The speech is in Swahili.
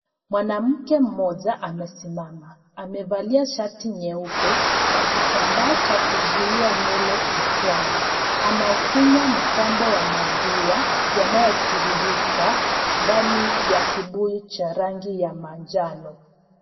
Mwanamke mmoja amesimama, amevalia shati nyeupe na kitambaa cha kuzuia nywele kichwani. Anaufinya mtambo wa maziwa yanayotiririka ndani ya kibuyu cha rming ya manjano.